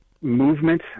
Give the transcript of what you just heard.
movement